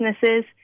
businesses